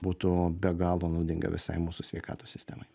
būtų be galo naudinga visai mūsų sveikatos sistemai